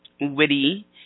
witty